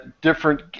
different